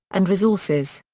and resources.